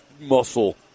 muscle